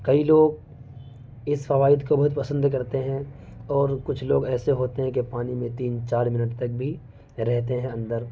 کئی لوگ اس فوائد کو بہت پسند کرتے ہیں اور کچھ لوگ ایسے ہوتے ہیں کہ پانی میں تین چار منٹ تک بھی رہتے ہیں اندر